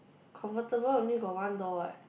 convertible only got one door eh